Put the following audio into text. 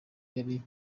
yari